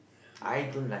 ya I'm colour